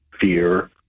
fear